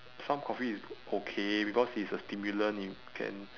some coffee is okay because it's a stimulant you can